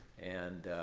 and